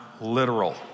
literal